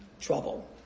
trouble